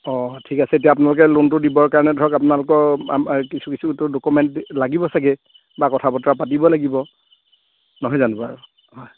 অ' ঠিক আছে এতিয়া আপোনালোকে লোনটো দিবৰ কাৰণে ধৰক আপোনালোকৰ কিছু কিছুতো ডকুমেণ্ট লাগিব চাগে বা কথা বতৰা পাতিব লাগিব নহয় জানো বাৰু হয়